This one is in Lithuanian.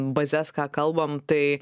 bazes ką kalbam tai